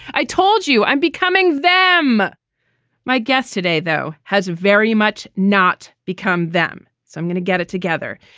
i told you i'm becoming them my guest today, though, has very much not become them. so i'm going to get it together.